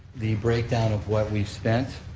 the breakdown of what we've spent.